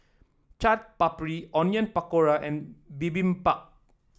Chaat Papri Onion Pakora and Bibimbap